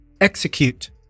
execute